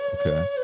Okay